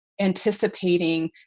anticipating